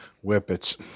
whippets